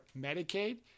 Medicaid